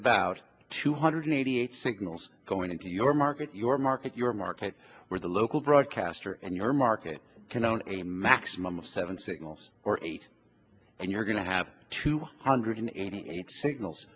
about two hundred eighty eight signals going into your market your market your market where the local broadcaster and your market can own a maximum of seven signals or eight and you're going to have two hundred eighty eight signals